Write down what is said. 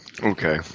Okay